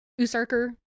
Usarker